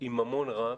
עם ממון רב,